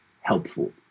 helpful